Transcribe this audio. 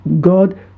God